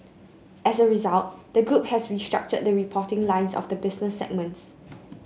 as a result the group has restructured the reporting lines of the business segments